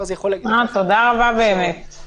זה במערכת בבישול כבר, דברים יותר מפורשים.